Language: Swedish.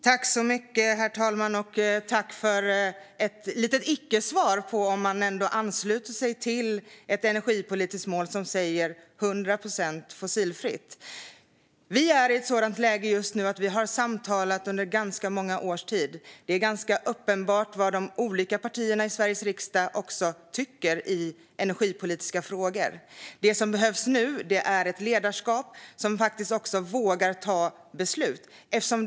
Herr talman! Jag tackar Fredrik Olovsson för ett icke-svar på om man ansluter sig till ett energipolitiskt mål om 100 procent fossilfritt. Vi har samtalat under ganska många års tid. Det är också ganska uppenbart vad de olika partierna i Sveriges riksdag tycker i energipolitiska frågor. Det som behövs nu är ett ledarskap som faktiskt vågar ta beslut.